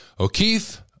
O'Keefe